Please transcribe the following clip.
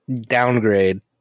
Downgrade